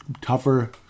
tougher